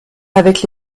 avec